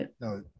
no